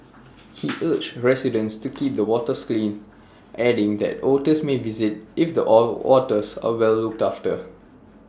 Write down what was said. he urged residents to keep the waters clean adding that otters may visit if the all waters are well looked after